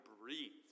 breathe